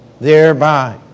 thereby